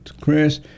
Chris